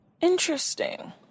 Interesting